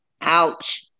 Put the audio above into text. ouch